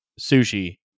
sushi